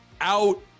out